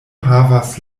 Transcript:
havas